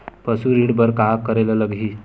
पशु ऋण बर का करे ला लगही?